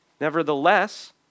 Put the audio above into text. Nevertheless